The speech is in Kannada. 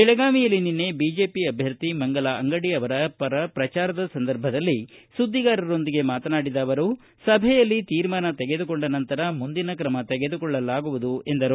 ಬೆಳಗಾವಿಯಲ್ಲಿ ನಿನ್ನೆ ಬಿಜೆಪಿ ಅಭ್ಯರ್ಥಿ ಮಂಗಲಾ ಅಂಗಡಿ ಅವರ ಪರ ಪ್ರಚಾರದ ಸಂದರ್ಭದಲ್ಲಿ ಸುದ್ದಿಗಾರರೊಂದಿಗೆ ಮಾತನಾಡಿದ ಅವರು ಸಭೆಯಲ್ಲಿ ತೀರ್ಮಾನ ತೆಗೆದುಕೊಂಡ ನಂತರ ಮುಂದಿನ ತ್ರಮ ತೆಗೆದುಕೊಳ್ಳಲಾಗುವುದು ಎಂದರು